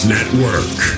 Network